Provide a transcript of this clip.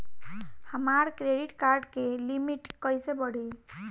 हमार credit card के limit कइसे बढ़ी?